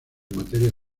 materia